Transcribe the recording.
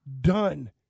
Done